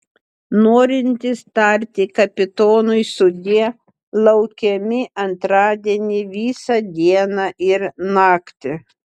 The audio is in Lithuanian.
norintys tarti kapitonui sudie laukiami antradienį visą dieną ir naktį